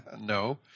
No